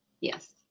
Yes